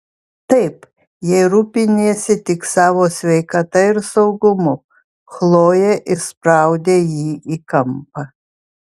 taip jei rūpiniesi tik savo sveikata ir saugumu chlojė įspraudė jį į kampą